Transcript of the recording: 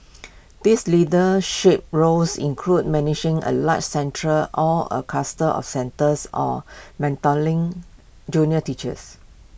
these leadership roles include managing A larger centre or A cluster of centres or mentoring junior teachers